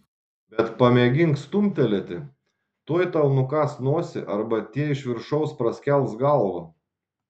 bet pamėgink stumtelėti tuoj tau nukąs nosį arba tie iš viršaus praskels galvą